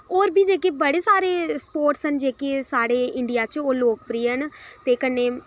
होर बी जेह्के बड़े सारे स्पोर्ट्स न जेह्के साढ़े इंडिया च ओह् लोकप्रिय न ते कन्नै